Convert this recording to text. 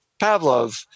Pavlov